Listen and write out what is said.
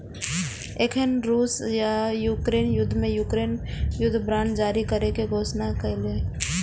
एखन रूस आ यूक्रेन युद्ध मे यूक्रेन युद्ध बांड जारी करै के घोषणा केलकैए